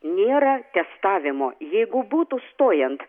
nėra testavimo jeigu būtų stojant